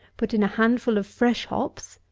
put in a handful of fresh hops.